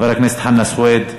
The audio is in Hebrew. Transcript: חבר הכנסת חנא סוייד,